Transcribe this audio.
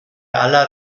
aller